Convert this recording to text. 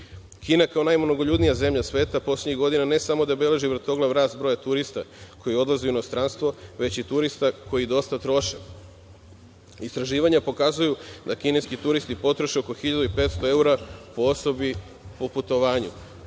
kao najmnogoljudnija zemlja sveta poslednjih godina, ne samo da beleži vrtoglav rast turista koji odlaze u inostranstvo, već i turista koji dosta troše. Istraživanja pokazuju da kineski turisti potroše oko 1500 eura po osobi na putovanju.